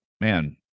man